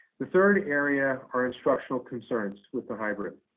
the third area are instructional concerns with the hybrid.